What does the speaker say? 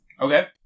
Okay